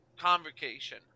Convocation